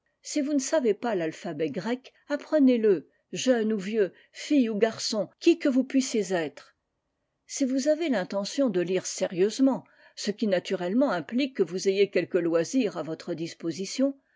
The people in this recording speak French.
si vous ne savez pas l'alphabet grec apprenez-le jeune ou vieux fille ou garçon qui que vous puissiez être i si vous avez l'intention de lire sérieusement ce qui naturellement implique que vous ayez quelque loisir à votre disposition